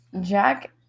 Jack